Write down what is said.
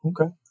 Okay